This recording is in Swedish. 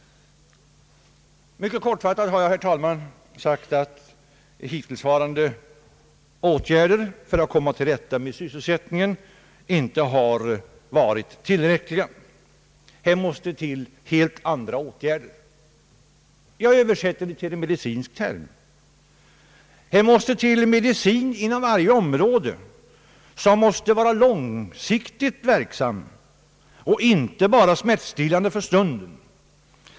Mycket kortfattat har jag, herr talman, framhållit att hittillsvarande åtgärder för att komma till rätta med sysselsättningsproblemen inte har varit tillräckliga. Här måste till helt andra åtgärder. Jag översätter det till medicinska termer. Här måste till en medicin inom varje område. Medicinen måste vara långvarigt verksam och inte bara smärtstillande för stunden.